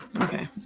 Okay